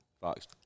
fox